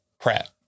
Pratt